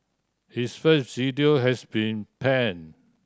his first video has been pan